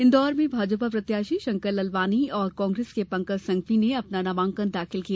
इन्दौर में भाजपा प्रत्याशी शंकर ललवानी और कांग्रेस के पंकज संघवी ने अपना नामांकन दाखिल किया